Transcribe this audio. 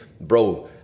bro